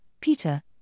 Peter